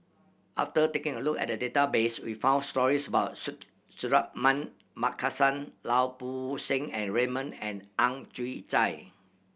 after taking a look at the database we found stories about Suratman Markasan Lau Poo Seng Raymond and Ang Chwee Chai